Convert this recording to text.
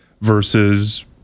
versus